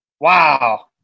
Wow